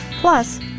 Plus